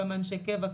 כמה אנשי קבע,